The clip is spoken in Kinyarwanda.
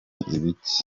ibiki